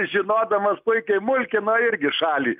žinodamas puikiai mulkino irgi šalį